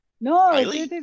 No